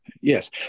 Yes